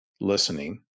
listening